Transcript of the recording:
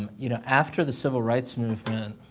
um you know, after the civil rights movement,